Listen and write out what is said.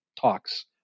talks